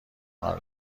حال